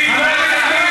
חבר הכנסת כהן,